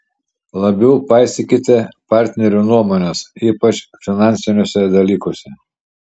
labiau paisykite partnerių nuomonės ypač finansiniuose dalykuose